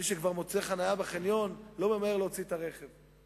מי שכבר מוצא חנייה בחניון לא ממהר להוציא את הרכב.